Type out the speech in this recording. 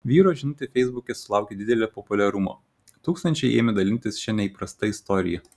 vyro žinutė feisbuke sulaukė didelio populiarumo tūkstančiai ėmė dalintis šia neįprasta istorija